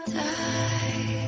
die